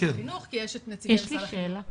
לחינוך כי יש כאן את נציגי משרד החינוך.